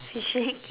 fishing